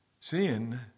Sin